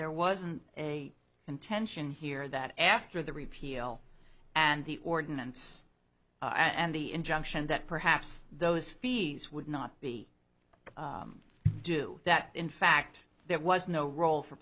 there wasn't a contention here that after the repeal and the ordinance and the injunction that perhaps those fees would not be do that in fact there was no role for